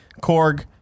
Korg